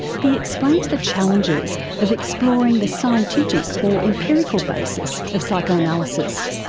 he explains the challenges of exploring the scientific or empirical basis of psychoanalysis.